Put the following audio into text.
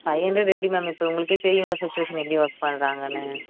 five hundred எப்படி ma'am இப்போ உங்களுக்கே தெரியும்லை சுச்சுவேஷன் எப்படி ஒர்க் பண்ணுறாங்கனு